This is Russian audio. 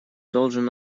должен